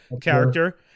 character